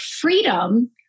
freedom